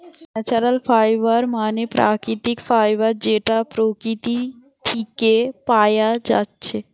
natural fibre মানে প্রাকৃতিক fibre যেটা প্রকৃতি থিকে পায়া যাচ্ছে